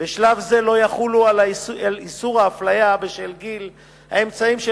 בשלב זה לא יחולו על איסור האפליה בשל גיל אמצעים של